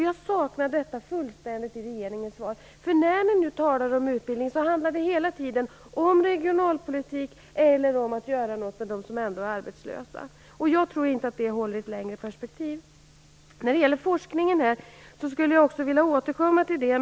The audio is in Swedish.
Jag saknar detta fullständigt i regeringens svar, för när ni nu talar om utbildning handlar det hela tiden om regionalpolitik eller om att göra något för dem som ändå är arbetslösa. Jag tror inte att det håller i ett längre perspektiv. Jag skulle vilja återkomma till frågan om forskningen.